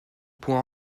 point